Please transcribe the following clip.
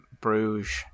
Bruges